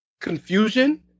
confusion